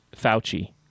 Fauci